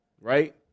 right